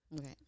Okay